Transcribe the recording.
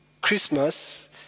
Christmas